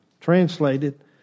translated